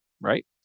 right